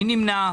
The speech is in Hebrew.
מי נמנע?